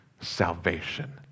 salvation